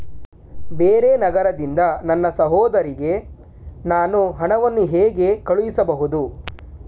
ಬೇರೆ ನಗರದಿಂದ ನನ್ನ ಸಹೋದರಿಗೆ ನಾನು ಹಣವನ್ನು ಹೇಗೆ ಕಳುಹಿಸಬಹುದು?